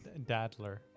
Dadler